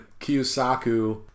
Kiyosaku